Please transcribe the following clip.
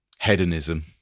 hedonism